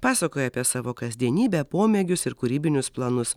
pasakoja apie savo kasdienybę pomėgius ir kūrybinius planus